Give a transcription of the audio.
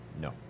No